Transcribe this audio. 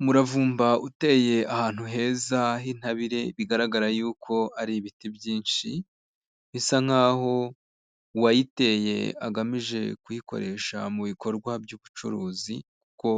Umuravumba uteye ahantu heza h'intabire bigaragara yuko ari ibiti byinshi, bisa nk'aho uwayiteye agamije kuyikoresha mu bikorwa by'ubucuruzi kuko